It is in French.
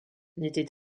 n’était